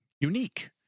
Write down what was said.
unique